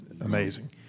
amazing